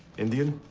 indian?